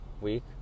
week